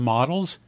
Models